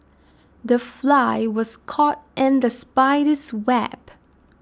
the fly was caught in the spider's web